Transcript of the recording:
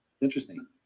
Interesting